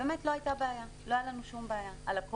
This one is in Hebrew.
באמת לא הייתה בעיה, לא הייתה לנו שום בעיה.